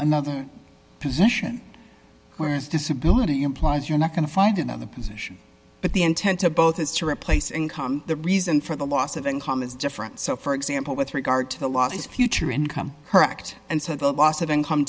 another position where his disability implies you're not going to find another position but the intent to both is to replace income the reason for the loss of income is different so for example with regard to the law is future income correct and so the loss of